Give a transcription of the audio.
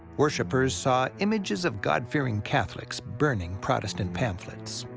worshippers saw images of god-fearing catholics burning protestant pamphlets,